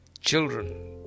children